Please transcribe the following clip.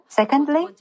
secondly